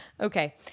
okay